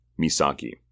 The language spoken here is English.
Misaki